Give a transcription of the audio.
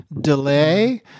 delay